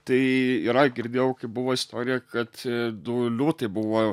tai yra girdėjau kaip buvo istorija kad du liūtai buvo